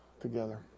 together